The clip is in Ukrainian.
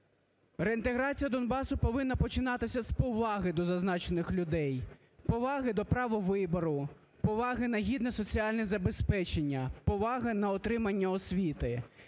Реінтеграція Донбасу повинна починатися з поваги до зазначених людей, поваги до права вибору, поваги на гідне соціальне забезпечення, поваги на отримання освіти.